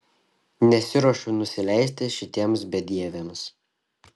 nesiruošiu nusileisti šitiems bedieviams